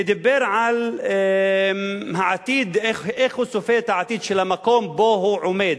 דיבר על איך הוא צופה את העתיד של המקום שבו הוא עומד,